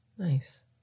Nice